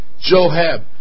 Joab